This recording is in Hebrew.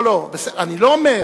לא, בסדר, אני לא אומר,